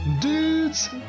Dudes